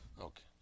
Okay